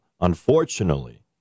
Unfortunately